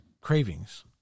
Cravings